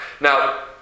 Now